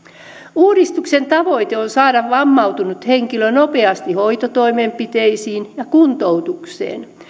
uudistuksen tavoite on saada vammautunut henkilö nopeasti hoitotoimenpiteisiin ja kuntoutukseen